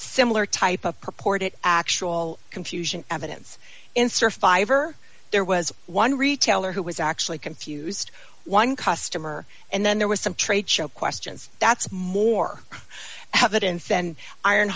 similar type of purported actual confusion evidence insert five or there was one retailer who was actually confused one customer and then there was some trade show questions that's more evidence